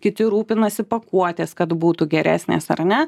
kiti rūpinasi pakuotės kad būtų geresnės ar ne